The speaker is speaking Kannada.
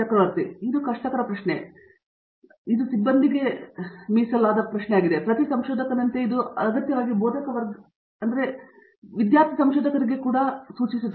ಚಕ್ರವರ್ತಿ ಇದು ಬಹಳ ಕಷ್ಟಕರ ಪ್ರಶ್ನೆಯಾಗಿದೆ ಮತ್ತು ಇದು ಹೆಚ್ಚಿನ ಸಿಬ್ಬಂದಿಯಾಗಿದೆ ಪ್ರತಿ ಸಂಶೋಧಕನಂತೆಯೂ ಇದು ಅಗತ್ಯವಾಗಿ ಬೋಧಕವರ್ಗದ ಸದಸ್ಯರಾಗಿರಬೇಕಿಲ್ಲ ಇದು ವಿದ್ಯಾರ್ಥಿ ಸಂಶೋಧಕರಿಗೆ ಕೂಡಾ ಸೂಚಿಸುತ್ತದೆ